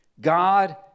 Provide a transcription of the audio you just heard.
God